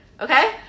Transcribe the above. Okay